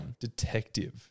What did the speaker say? detective